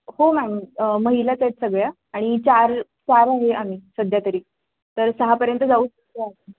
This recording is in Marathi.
हो मॅम महिलाच आहेत सगळ्या आणि चार चार आहे आम्ही सध्यातरी तर सहापर्यंत जाऊ शकतो आकडा